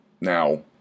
now